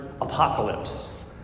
apocalypse